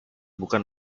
bukan